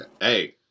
Hey